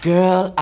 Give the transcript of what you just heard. Girl